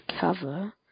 cover